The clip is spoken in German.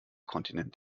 kontinent